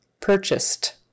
purchased